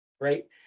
right